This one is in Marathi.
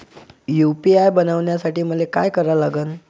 यू.पी.आय बनवासाठी मले काय करा लागन?